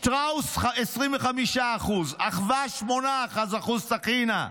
שטראוס, 25%; אחווה, 8% על הטחינה,